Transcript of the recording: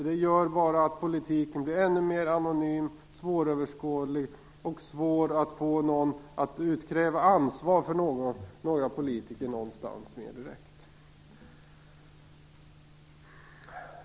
Den gör bara att politiken blir ännu mer anonym och svåröverskådlig, och det blir också svårt att utkräva ansvar av politiker mer direkt.